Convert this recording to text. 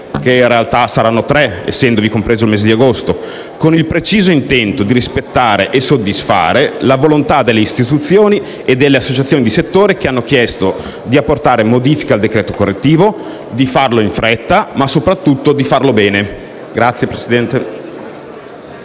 - in realtà saranno tre, essendovi compreso il mese di agosto - con il preciso intento di rispettare e soddisfare la volontà delle istituzioni e delle associazioni di settore, che hanno chiesto di apportare modifiche al decreto correttivo, di farlo in fretta ma soprattutto di farlo bene. *(Applausi